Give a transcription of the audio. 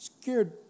Scared